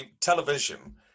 Television